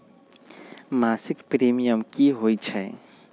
मासिक प्रीमियम की होई छई?